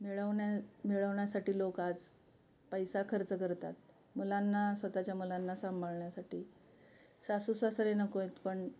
मिळवण्या मिळवण्यासाठी लोक आज पैसा खर्च करतात मुलांना स्वतःच्या मुलांना सांभाळण्यासाठी सासू सासरेही नको आहेत पण